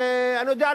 אני יודע,